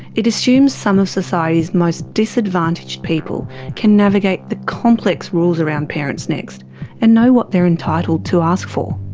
it assumes some of society's most disadvantaged people can navigate the complex rules around parentsnext and know what they are entitled to ask for.